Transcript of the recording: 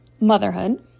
motherhood